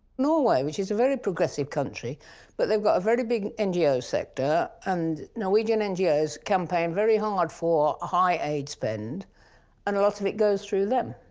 norway, which is a very progressive country but they've got very big ngo sector and norwegian ngos campaign very hard for a high aid spend and a lot of it goes through them